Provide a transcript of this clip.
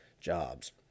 Jobs